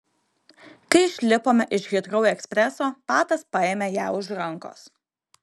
kai išlipome iš hitrou ekspreso patas paėmė ją už rankos